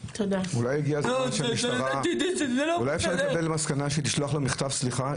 אולי אפשר להגיע למסקנה שהמשטרה תשלח לו מכתב סליחה?